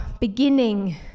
beginning